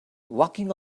walking